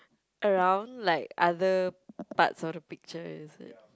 around like other parts of the picture is it